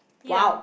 ya